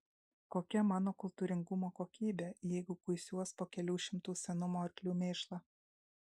kokia mano kultūringumo kokybė jeigu kuisiuos po kelių šimtų senumo arklių mėšlą